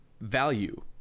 value